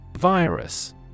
Virus